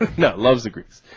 the that loves agrees